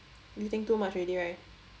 you think too much already right